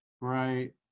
right